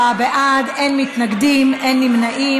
בעד, אין מתנגדים, אין נמנעים.